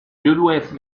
juduez